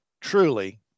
truly